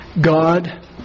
God